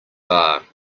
are